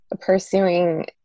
pursuing